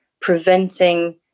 preventing